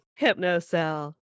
Hypnocell